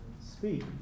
speak